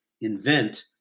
invent